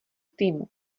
týmu